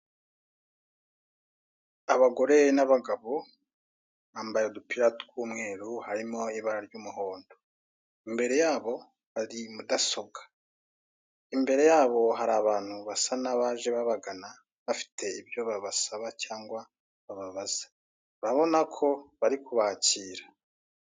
Abagore n'abagabo bambaye udupira tw'umweru harimo ibara ry'umuhondo. Imbere ya bo hari mudasobwa, imbere yabo hari abantu basa n'abaje babagana bafite ibyo babasaba cyangwa bababaza urabona ko bari kubakira.